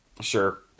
Sure